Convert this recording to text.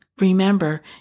remember